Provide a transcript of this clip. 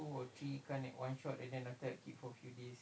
why